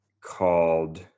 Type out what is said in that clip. called